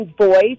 voice